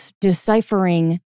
deciphering